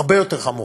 הרבה יותר חמורה.